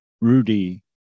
Rudy